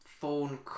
phone